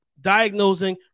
diagnosing